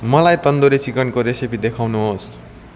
मलाई तन्दुरी चिकनको रेसिपी देखाउनु होस्